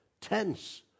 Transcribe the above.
Tense